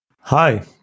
Hi